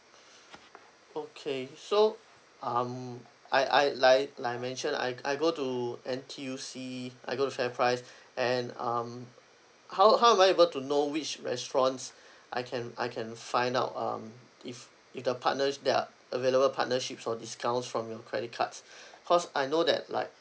okay so um I I like I like I mention I I go to N_T_U_C I go to fair price and um how how am I able to know which restaurants I can I can find out um if if the partners that are available partnership for discounts from your credit cards cause I know that like